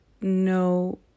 no